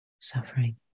suffering